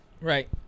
Right